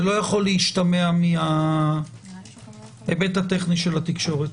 זה לא יכול להשתמע מההיבט הטכני של התקשורת.